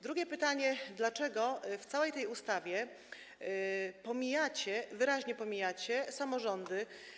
Drugie pytanie: Dlaczego w całej tej ustawie pomijacie, wyraźnie pomijacie samorządy?